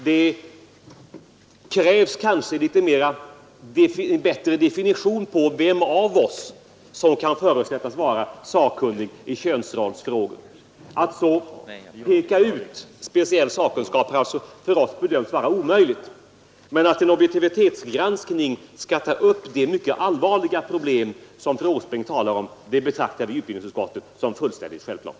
Det krävs kanske en bättre definition på vem av oss som kan förutsättas vara sakkunnig i könsrollsfrågor. Att peka ut en speciell sakkunskap har vi alltså bedömt vara omöjligt. Men att en objektivitetsgranskning skall ta upp det mycket allvarliga problem som fru Åsbrink talar om betraktar utbildningsutskottet som fullständigt självklart.